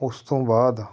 ਉਸ ਤੋਂ ਬਾਅਦ